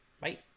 Bye